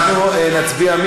אנחנו נצביע.